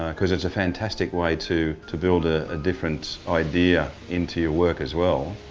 because it's a fantastic way to to build ah a different idea in to your work as well.